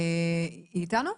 היא אתנו?